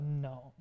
no